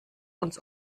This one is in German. uns